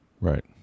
right